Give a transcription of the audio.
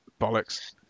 Bollocks